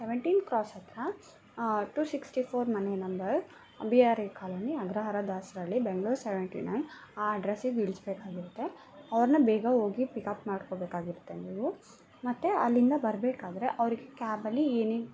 seventeenth cross ಹತ್ರ two sixty four ಮನೆ number B R A colony Agrahara Dasarahalli Bengaluru seventy nine ಆ ಅಡ್ರಸ್ಸಿಗೆ ಇಳಿಸ್ಬೇಕಾಗಿರತ್ತೆ ಅವ್ರನ್ನ ಬೇಗ ಹೋಗಿ ಪಿಕಪ್ ಮಾಡ್ಕೊಬೇಕಾಗಿರುತ್ತೆ ನೀವು ಮತ್ತೆ ಅಲ್ಲಿಂದ ಬರಬೇಕಾದ್ರೆ ಅವ್ರಿಗೆ ಕ್ಯಾಬಲ್ಲಿ ಏನೇನು